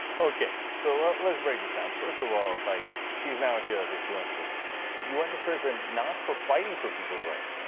okay, so ah let's break this down. first of all, like she is a a hero because she went to prison. but you went to prison not for fighting for people's rights,